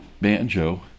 banjo